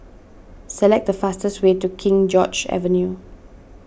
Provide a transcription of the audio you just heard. select the fastest way to King George's Avenue